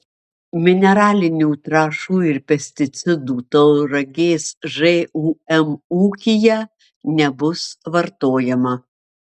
mineralinių trąšų ir pesticidų tauragės žūm ūkyje nebus vartojama